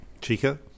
Chica